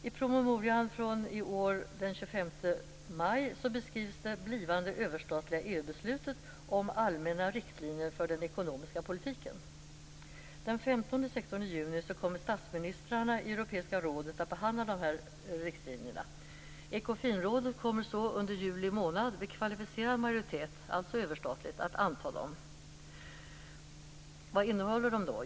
I promemorian från den 25 maj i år beskrivs det blivande överstatliga EU-beslutet om allmänna riktlinjer för den ekonomiska politiken. Den 15-16 juni kommer statsministrarna i Europeiska rådet att behandla dessa riktlinjer. Ekofinrådet kommer så under juli månad med kvalificerad majoritet - alltså överstatligt - att anta dem. Vad innehåller de då?